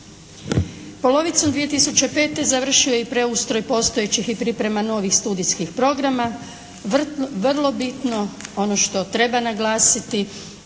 Polovicom 2005. završio je i preustroj postojećih i priprema novih studijskih programa. Vrlo bitno ono što treba naglasiti